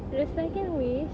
the second wish